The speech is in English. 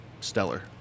stellar